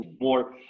more –